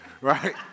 right